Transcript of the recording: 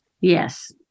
Yes